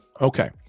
Okay